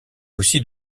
aussi